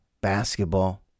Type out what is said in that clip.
basketball